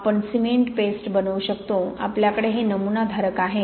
आपण cement paste बनवू शकतो आपल्याकडे हे नमुना धारक आहेत